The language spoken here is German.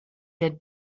der